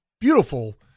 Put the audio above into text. beautiful